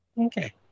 Okay